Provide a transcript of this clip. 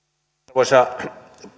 arvoisa